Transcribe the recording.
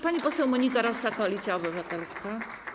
Pani poseł Monika Rosa, Koalicja Obywatelska.